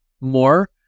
more